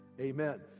Amen